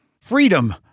freedom